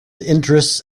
interests